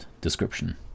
description